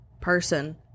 person